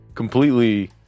Completely